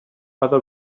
other